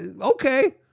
Okay